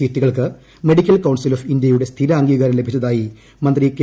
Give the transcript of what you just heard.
സീറ്റുകൾക്ക് medical council of ഇന്ത്യയുടെ സ്ഥിരാംഗീകാരം ലഭിച്ചതായി മന്ത്രി കെ